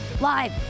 live